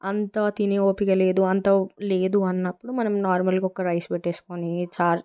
అంత తినే ఓపిక లేదు అంత లేదు అన్నప్పుడు మనము నార్మల్గా ఒక రైస్ పెట్టేసుకొని చార్